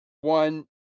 one